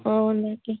ꯑꯣ ꯂꯥꯛꯀꯦ